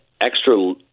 extra